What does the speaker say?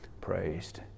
praised